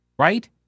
right